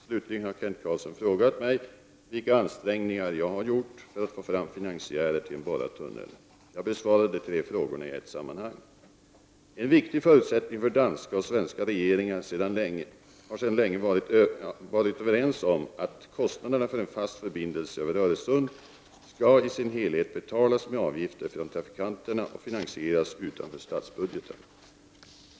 Slutligen har Kent Carlsson frågat mig vilka ansträngningar jag har gjort för att få fram finansiärer till en borrad tunnel. Jag besvarar de tre frågorna i ett sammanhang. En viktig förutsättning som danska och svenska regeringar sedan länge varit överens om är att kostnaderna för en fast förbindelse över Öresund i sin helhet skall betalas med avgifter från trafikanterna och finansieras utanför statsbudgeten.